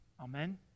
Amen